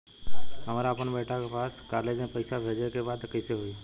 हमरा अपना बेटा के पास कॉलेज में पइसा बेजे के बा त कइसे होई?